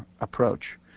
approach